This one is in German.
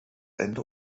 ende